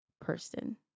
person